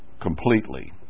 completely